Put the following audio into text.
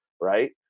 Right